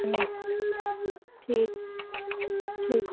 हूं ठीकु ठीकु